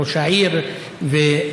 ראש העיר ואחרים,